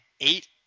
eight